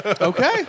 Okay